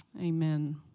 Amen